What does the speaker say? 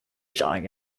showing